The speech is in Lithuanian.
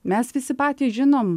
mes visi patys žinom